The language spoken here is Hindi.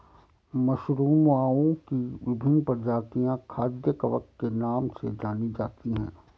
मशरूमओं की विभिन्न प्रजातियां खाद्य कवक के नाम से जानी जाती हैं